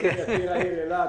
אדוני יקיר העיר אילת.